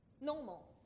normal